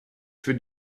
für